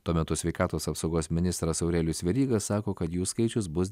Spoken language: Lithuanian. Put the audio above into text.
tuo metu sveikatos apsaugos ministras aurelijus veryga sako kad jų skaičius bus